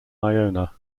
ionia